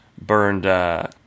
burned